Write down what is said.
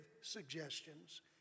suggestions